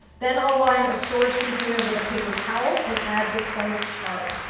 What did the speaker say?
then i'll line a storage container with a paper towel and add the sliced chard.